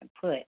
put